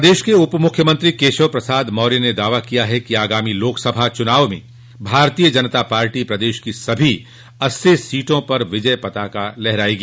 प्रदेश के उप मुख्यमंत्री केशव प्रसाद मौर्य ने दावा किया है कि आगामी लोकसभा चुनाव में भारतीय जनता पार्टी प्रदेश की सभी अस्सी सीटों पर विजय पताका लहरायेगी